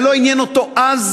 זה לא עניין אותו אז,